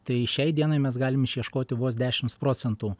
tai šiai dienai mes galim išieškoti vos dešimt procentų